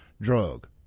drug